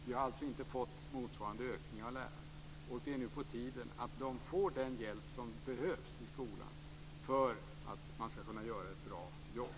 Vi har alltså inte fått en motsvarande ökning när det gäller lärarna. Det är nu på tiden att lärarna får den hjälp som behövs i skolan för att kunna göra ett bra jobb.